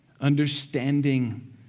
understanding